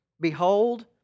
Behold